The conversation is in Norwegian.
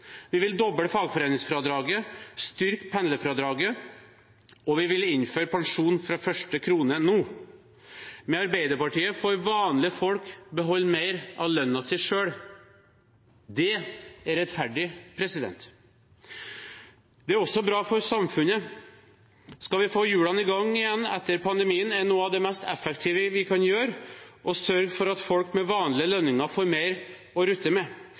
Vi vil doble fagforeningsfradraget, styrke pendlerfradraget og innføre pensjon fra første krone nå. Med Arbeiderpartiet får vanlige folk beholde mer av lønnen sin selv. Det er rettferdig. Det er også bra for samfunnet. Skal vi få hjulene i gang igjen etter pandemien, er noe av det mest effektive vi kan gjøre, å sørge for at folk med vanlige lønninger får mer å rutte med.